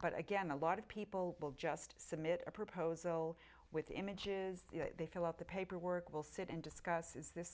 but again a lot of people will just submit a proposal with images they fill out the paperwork will sit and discuss is this